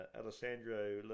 Alessandro